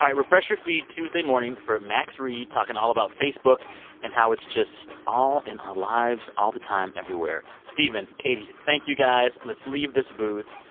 refresh your feed tuesday morning for max read talking all about facebook and how it's just all in our lives all the time, everywhere. stephen, katie, thank you guys. let's leave this booth.